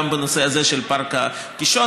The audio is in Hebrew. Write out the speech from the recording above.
גם בנושא הזה של פארק הקישון.